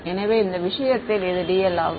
எனவே இந்த விஷயத்தில் இது dl ஆகும்